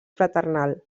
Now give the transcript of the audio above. fraternal